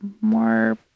more